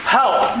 help